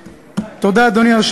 אני רוצה רק להגיד, תודה, אדוני.